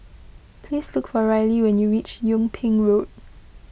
please look for Rylee when you reach Yung Ping Road